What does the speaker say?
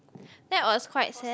that was quite sad